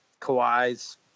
Kawhi's